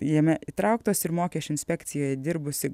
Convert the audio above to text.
jame įtrauktos ir mokesčių inspekcijoje dirbusi